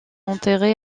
enterré